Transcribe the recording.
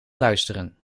luisteren